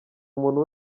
umuntu